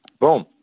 Boom